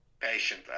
patient